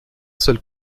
seul